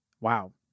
Wow